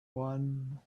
one